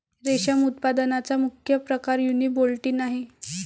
रेशम उत्पादनाचा मुख्य प्रकार युनिबोल्टिन आहे